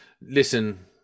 listen